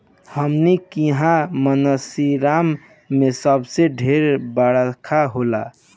हमनी किहा मानसींराम मे सबसे ढेर बरखा होला